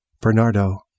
Bernardo